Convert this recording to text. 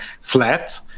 flat